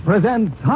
Presents